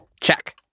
Check